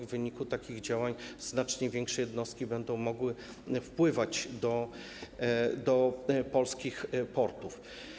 W wyniku takich działań znacznie większe jednostki będą mogły wpływać do polskich portów.